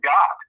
God